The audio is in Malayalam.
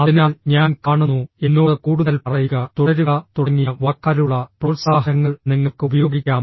അതിനാൽ ഞാൻ കാണുന്നു എന്നോട് കൂടുതൽ പറയുക തുടരുക തുടങ്ങിയ വാക്കാലുള്ള പ്രോത്സാഹനങ്ങൾ നിങ്ങൾക്ക് ഉപയോഗിക്കാം